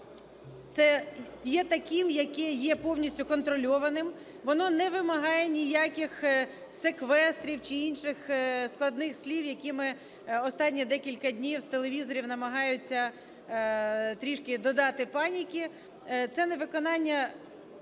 це є таким, яке є повністю контрольованим. Воно не вимагає ніяких секвестрів чи інших складних слів, які ми останні декілька днів, з телевізорів намагаються трішки додати паніки. Це невиконання